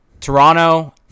Toronto